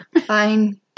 fine